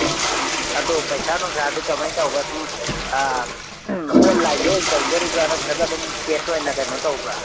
ꯑꯣ ꯑꯗꯣ ꯄꯩꯁꯥ ꯅꯨꯡꯁꯥꯗꯤ ꯀꯃꯥꯏꯅ ꯇꯧꯕ ꯁꯨꯝ ꯑꯣꯟꯂꯥꯏꯟꯗ ꯑꯣꯏꯅ ꯇꯧꯗꯣꯔꯤꯕ꯭ꯔꯥ ꯅꯠꯇ꯭ꯔꯒ ꯑꯗꯨꯝ ꯀꯦꯁ ꯑꯣꯏꯅ ꯀꯩꯅꯣ ꯇꯧꯕ꯭ꯔꯥ